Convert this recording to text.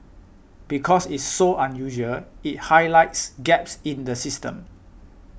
because it's so unusual it highlights gaps in the system